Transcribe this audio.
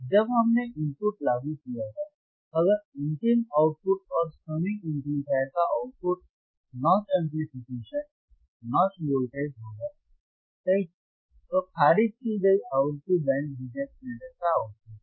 जब हमने इनपुट लागू किया था अगर अंतिम आउटपुट और संमिंग एम्पलीफायर का output notch amplification notch voltage होगा सही तो खारिज की गई आवृत्ति बैंड रिजेक्ट फिल्टर का आउटपुट है